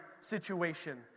situation